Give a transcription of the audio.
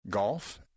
golf